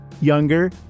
younger